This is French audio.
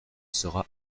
sera